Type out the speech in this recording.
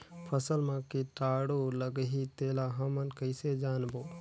फसल मा कीटाणु लगही तेला हमन कइसे जानबो?